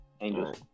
Angels